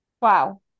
Wow